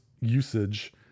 usage